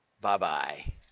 Bye-bye